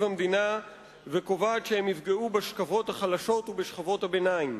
המדינה וקובעת שהם יפגעו בשכבות החלשות ובשכבות הביניים.